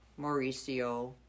Mauricio